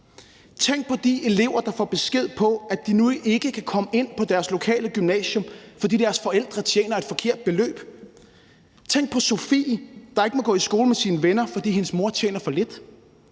Tænk på de elever, der får besked på, at de nu ikke kan komme ind på deres lokale gymnasium, fordi deres forældre tjener et forkert beløb. Tænk på Sofie, der ikke må gå i skole med sine venner, fordi hendes mor tjener for lidt.